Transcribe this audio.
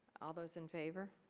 all those in favor.